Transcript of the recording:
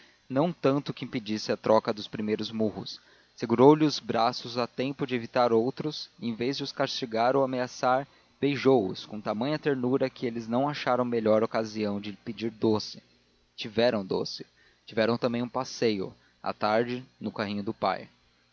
não tanto que impedisse a troca dos primeiros murros segurou lhes os braços a tempo de evitar outros e em vez de os castigar ou ameaçar beijou os com tamanha ternura que eles não acharam melhor ocasião de lhe pedir doce tiveram doce tiveram também um passeio à tarde no carrinho do pai